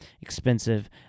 expensive